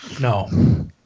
no